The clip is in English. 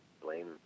blame